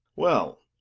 well!